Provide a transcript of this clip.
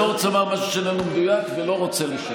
אני לא רוצה לומר משהו שאיננו מדויק ולא רוצה לשקר,